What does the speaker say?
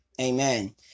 amen